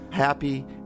Happy